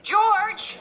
George